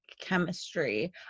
chemistry